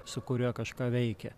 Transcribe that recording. su kuriuo kažką veikia